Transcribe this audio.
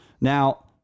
Now